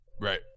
Right